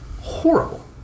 horrible